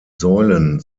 säulen